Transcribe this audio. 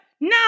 No